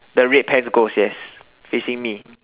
the red pants ghost yes facing me